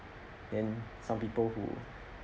then some people who